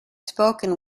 spoken